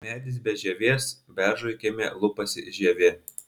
medis be žievės beržui kieme lupasi žievė